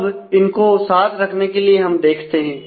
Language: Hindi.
अब इनको साथ रखने के लिए हम देखते हैं